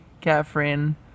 Catherine